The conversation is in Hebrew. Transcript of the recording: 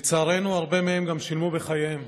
לצערנו, הרבה מהם גם שילמו בחייהם.